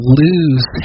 lose